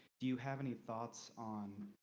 do you have any thoughts on?